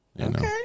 Okay